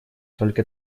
только